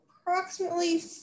approximately